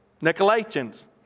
Nicolaitans